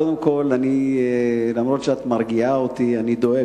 קודם כול, אף-על-פי שאת מרגיעה אותי, אני דואג.